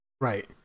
Right